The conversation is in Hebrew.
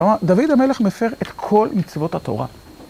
דוד המלך מפר את כל מצוות התורה.